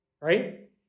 Right